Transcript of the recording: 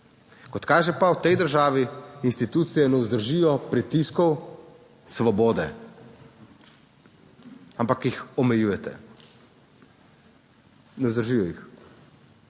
Kot kaže, pa v tej državi institucije ne vzdržijo pritiskov Svobode, ampak jih omejujete. Ne vzdržijo jih.